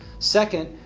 second,